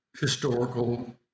historical